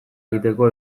egiteko